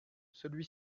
celui